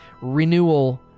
renewal